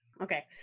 Okay